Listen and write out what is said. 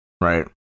right